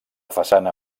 façana